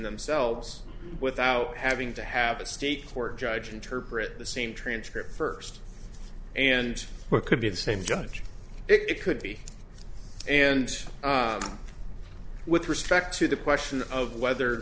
themselves without having to have a state court judge interpret the scene transcript first and what could be the same judge it could be and with respect to the question of whether